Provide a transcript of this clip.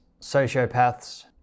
sociopaths